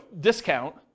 discount